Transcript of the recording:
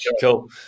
Cool